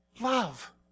love